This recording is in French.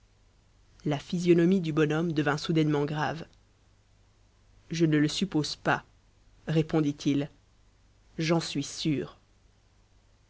la physionomie du bonhomme devint soudainement grave je ne le suppose pas répondit-il j'en suis sûr